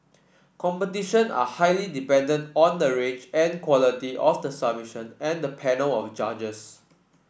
competitions are highly dependent on the range and quality of the submission and the panel of judges